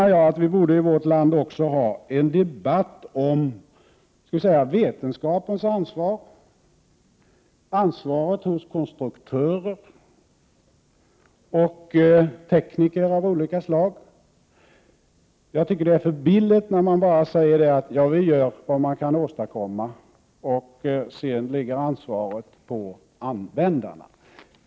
Jag menar att vi i vårt land också borde ha en debatt om vetenskapens ansvar, om ansvaret hos konstruktörer och tekniker av olika slag. Det är för billigt när man bara säger: Vi gör vad vi kan åstadkomma, och sedan ligger ansvaret på användarna.